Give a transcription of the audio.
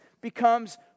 becomes